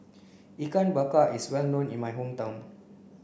ikan bakar is well known in my hometown